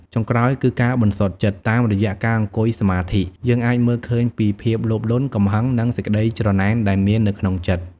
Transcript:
ចុងក្រោយគឺ ការបន្សុទ្ធចិត្ត តាមរយៈការអង្គុយសមាធិ យើងអាចមើលឃើញពីភាពលោភលន់ កំហឹង និងសេចក្តីច្រណែនដែលមាននៅក្នុងចិត្ត។